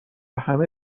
همه